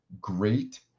great